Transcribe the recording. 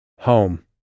Home